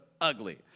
ugly